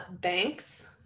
banks